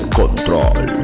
control